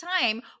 time